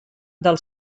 del